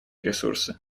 ресурсы